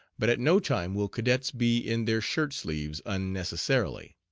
but at no time will cadets be in their shirt sleeves unnecessarily.